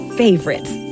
favorites